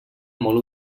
molt